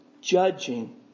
judging